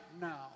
now